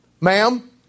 Ma'am